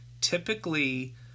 typically